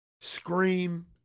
scream